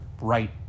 right